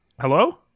Hello